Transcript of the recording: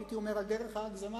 הייתי אומר על דרך ההגזמה,